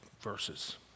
verses